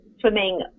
swimming